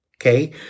Okay